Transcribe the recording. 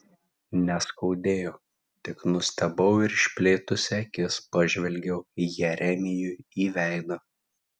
neskaudėjo tik nustebau ir išplėtusi akis pažvelgiau jeremijui į veidą